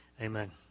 Amen